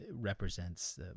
represents